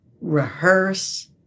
rehearse